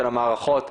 של המערכות,